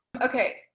Okay